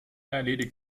erledigt